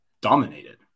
dominated